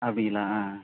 அப்படிங்களா ஆ ஆ